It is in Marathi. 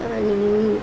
आणि